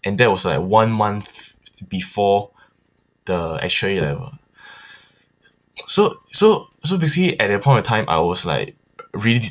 and that was like one month before the actual A level so so so basically at that point of time I was like really dis~